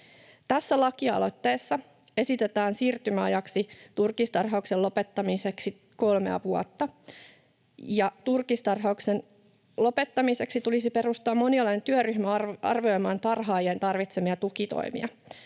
Tässä lakialoitteessa esitetään siirtymäajaksi turkistarhauksen lopettamiseksi kolmea vuotta, ja turkistarhauksen lopettamiseksi tulisi perustaa monialainen työryhmä arvioimaan tarhaajien tarvitsemia tukitoimia.